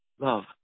love